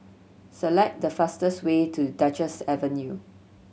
select the fastest way to Duchess Avenue